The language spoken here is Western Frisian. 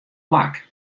plak